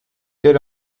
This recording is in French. quel